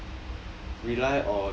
rely on